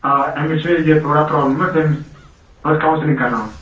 آ أمِس چھُ یہ تھوڑا پرابلِم حَظ أمِس ٲس کںوسلِنگ کرناوٕنۍ